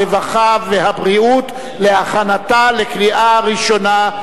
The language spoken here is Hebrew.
הרווחה והבריאות להכנתה לקריאה ראשונה,